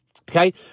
Okay